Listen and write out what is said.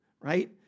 right